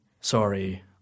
sorry